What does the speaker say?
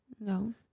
No